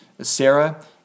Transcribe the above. Sarah